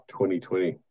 2020